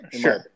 Sure